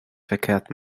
verkehrt